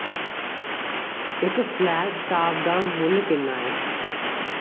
इक flat stock दा मुल्ल किन्ना ऐ